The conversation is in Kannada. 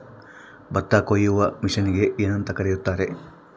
ಭತ್ತ ಕೊಯ್ಯುವ ಮಿಷನ್ನಿಗೆ ಏನಂತ ಕರೆಯುತ್ತಾರೆ?